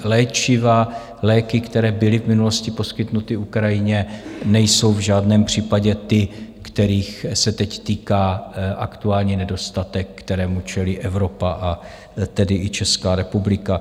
Léčiva, léky, které byly v minulosti poskytnuty Ukrajině, nejsou v žádném případě ty, kterých se teď týká aktuální nedostatek, kterému čelí Evropa, a tedy i Česká republika.